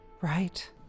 Right